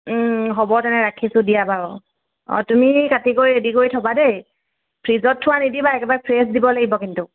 হ'ব তেনে ৰাখিছোঁ দিয়া বাৰু অঁ তুমি কাটি কৰি ৰেডি কৰি থ'বা দেই ফ্ৰীজত থোৱা নিদিবা একেবাৰে ফ্ৰেছ দিব লাগিব কিন্তু